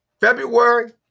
February